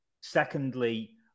Secondly